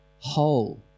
whole